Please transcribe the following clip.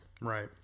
Right